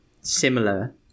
similar